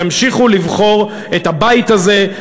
ימשיכו לבחור את הבית הזה,